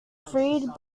freed